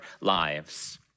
lives